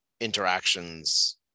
interactions